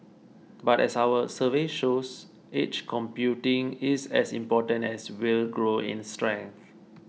but as our survey shows edge computing is as important as will grow in strength